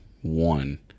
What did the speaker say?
one